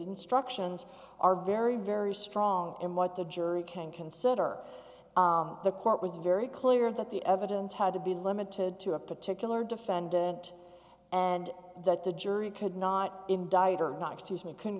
instructions are very very strong and what the jury can consider the court was very clear that the evidence had to be limited to a particular defendant and that the jury could not indict or not excuse me couldn't